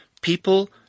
People